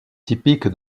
typique